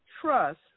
trust